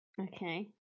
Okay